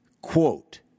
Quote